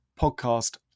podcast